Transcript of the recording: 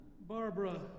Barbara